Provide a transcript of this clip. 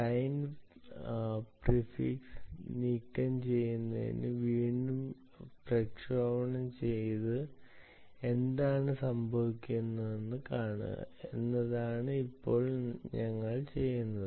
client prefix നീക്കംചെയ്ത് വീണ്ടും പ്രക്ഷേപണം ചെയ്ത് എന്താണ് സംഭവിക്കുന്നതെന്ന് കാണുക എന്നതാണ് ഇപ്പോൾ ഞങ്ങൾ ചെയ്യുന്നത്